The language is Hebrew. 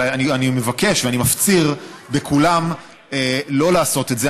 אבל אני מבקש ואני מפציר בכולם שלא לעשות את זה.